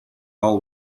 all